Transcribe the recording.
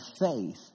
faith